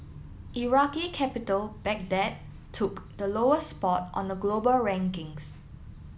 Iraqi capital Baghdad took the lowest spot on the global rankings